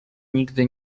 nigdy